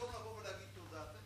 במקום לבוא ולהגיד תודה,